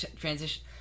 transition